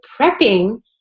prepping